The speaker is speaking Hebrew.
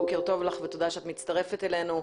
בוקר טוב לך ותודה שאת מצטרפת אלינו.